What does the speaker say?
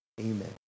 Amen